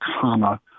comma